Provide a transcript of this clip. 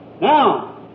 Now